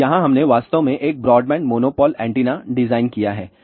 तो यहाँ हमने वास्तव में एक ब्रॉडबैंड मोनोपोल एंटीना डिजाइन किया है